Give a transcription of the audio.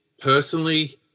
personally